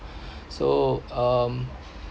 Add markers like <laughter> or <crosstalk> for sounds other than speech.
<breath> so um